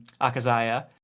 Akazaya